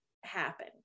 happen